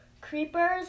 creepers